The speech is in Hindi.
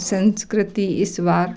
संस्कृति इस बात